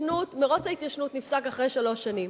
כאן מירוץ ההתיישנות נפסק אחרי שלוש שנים.